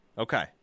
Okay